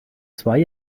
zwei